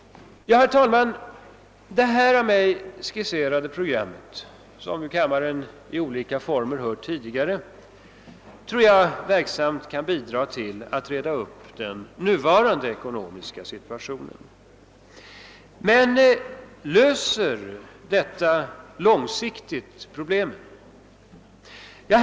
Det av mig skisserade programmet, som ju kammaren i olika former hört tidigare, tror jag verksamt kan bidraga till att reda upp den nuvarande ekonomiska situationen. Men löser detta långsiktigt promblemen?